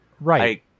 Right